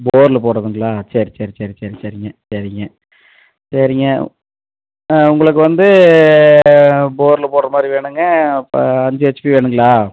போரில் போடுகிறதுங்களா சரி சரி சரி சரி சரிங்க சரிங்க சரிங்க உங்களுக்கு வந்து போரில் போடுகிற மாதிரி வேணும்ங்க இப்போ அஞ்சு ஹெச்பி வேணும்ங்களா